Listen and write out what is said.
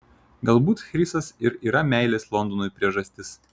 galbūt chrisas ir yra meilės londonui priežastis